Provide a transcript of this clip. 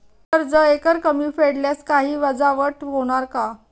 कर्ज एकरकमी फेडल्यास काही वजावट होणार का?